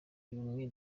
y’ubumwe